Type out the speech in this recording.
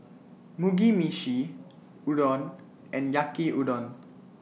Mugi Meshi Udon and Yaki Udon